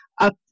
up